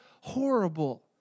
horrible